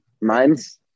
mine's